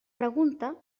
pregunta